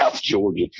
Georgia